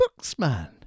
booksman